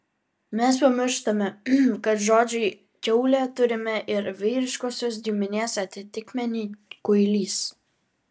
mes pamirštame kad žodžiui kiaulė turime ir vyriškosios giminės atitikmenį kuilys